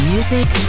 Music